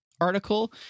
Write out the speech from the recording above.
article